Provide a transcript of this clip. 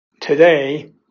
Today